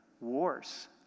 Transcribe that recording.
wars